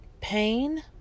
pain